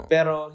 Pero